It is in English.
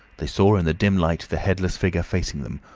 they saw in the dim light the headless figure facing them,